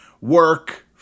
work